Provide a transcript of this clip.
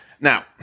Now